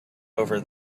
over